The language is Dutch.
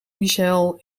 michel